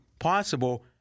Possible